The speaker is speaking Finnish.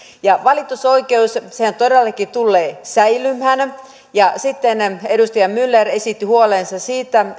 valitusoikeushan todellakin tulee säilymään sitten edustaja myller esitti huolensa siitä